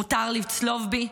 מותר לצלוב בי,